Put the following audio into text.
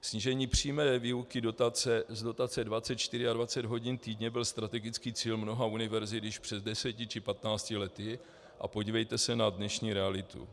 Snížení přímé výuky z dotace 24 na 20 hodin týdně byl strategický cíl mnoha univerzit již před 10 či 15 lety, a podívejte se na dnešní realitu.